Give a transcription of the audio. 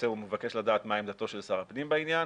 הוא מבקש לדעת מה עמדתו של שר הפנים בעניין,